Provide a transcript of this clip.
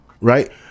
right